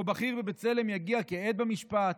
או שבכיר בבצלם יגיע כעד במשפט.